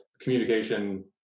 communication